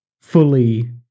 fully